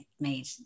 made